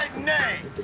name